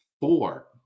Four